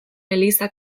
eliza